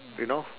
you know